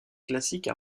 classiques